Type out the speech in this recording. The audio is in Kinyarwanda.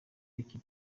iki